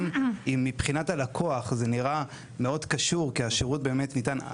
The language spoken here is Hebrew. גם אם מבחינת הלקוח זה נראה מאוד קשור כי השירות באמת ניתן,